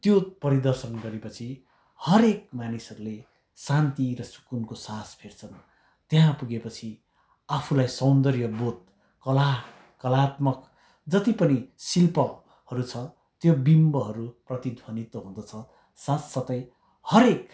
त्यो परिदर्शन गरेपछि हरेक मानिसहरूले शान्ति र सुकुनको सास फेर्छन् त्यहाँ पुगेपछि आफूलाई सौन्दर्यबोध कला कलात्मक जति पनि शिल्पहरू छ त्यो विम्बहरू प्रतिध्वनित्व हुँदछ साथसाथै हरेक